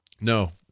No